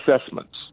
assessments